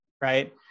right